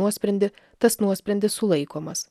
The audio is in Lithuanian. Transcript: nuosprendį tas nuosprendis sulaikomas